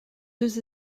deux